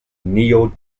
neo